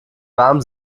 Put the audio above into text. warm